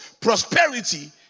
prosperity